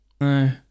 No